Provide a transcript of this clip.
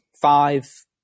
five